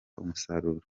umusaruro